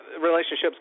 relationship's